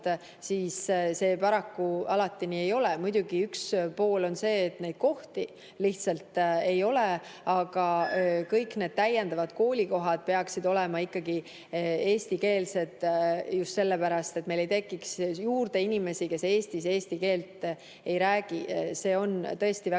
siis see paraku alati nii ei ole. Muidugi, üks pool on see, et neid kohti lihtsalt ei ole. Aga kõik need täiendavad koolikohad peaksid olema eestikeelsed just sellepärast, et meil ei tekiks juurde inimesi, kes Eestis eesti keelt ei räägi. See on tõesti väga